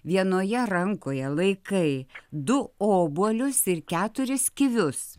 vienoje rankoje laikai du obuolius ir keturis kivius